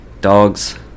dogs